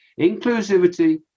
inclusivity